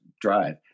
Drive